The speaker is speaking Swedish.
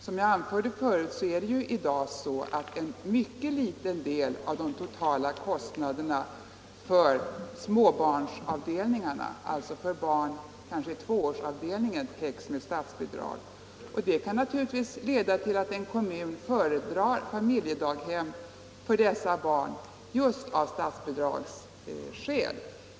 Som jag anförde förut är det i dag så att en mycket liten del av de totala kostnaderna för småbarnsavdelningarna, t.ex. tvåårsavdelningarna, täcks med statsbidrag. Det kan naturligtvis leda till att en kommun föredrar familjedaghem för dessa barn just av statsbidragsskäl.